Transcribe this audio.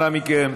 אנא מכם.